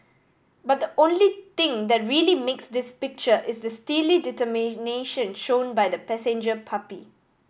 but the only thing that really makes this picture is the steely determination shown by the passenger puppy